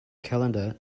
calendar